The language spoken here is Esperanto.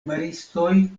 maristoj